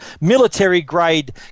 military-grade